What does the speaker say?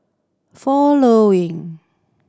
following